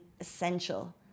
essential